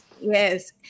Yes